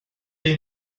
lane